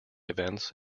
events